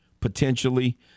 potentially